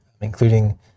including